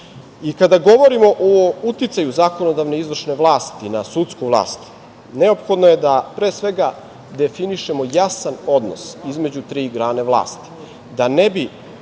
govorimo o uticaju zakonodavne i izvršne vlasti na sudsku vlast, neophodno je da, pre svega, definišemo jasan odnos između tri grane vlasti,